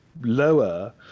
lower